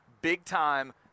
big-time